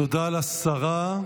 תודה לשרה,